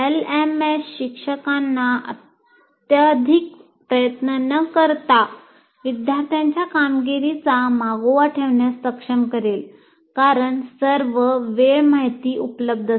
LMS शिक्षकांना अत्यधिक प्रयत्न न करता विद्यार्थ्यांच्या कामगिरीचा मागोवा ठेवण्यास सक्षम करेल कारण सर्व वेळ माहिती उपलब्ध असते